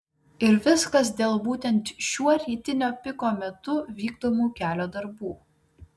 ir viskas dėl būtent šiuo rytinio piko metu vykdomų kelio darbų